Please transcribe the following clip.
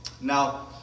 now